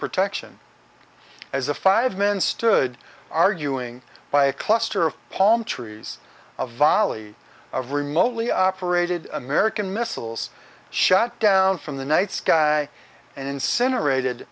protection as the five men stood arguing by a cluster of palm trees a volley of remotely operated american missiles shot down from the night sky and incinerated